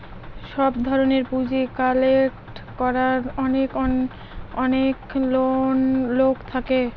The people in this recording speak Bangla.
সব ধরনের পুঁজি কালেক্ট করার অনেক লোক থাকে